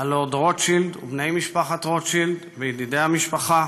הלורד רוטשילד ובני משפחת רוטשילד וידידי המשפחה,